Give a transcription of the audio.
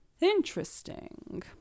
Interesting